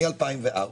מ-2004.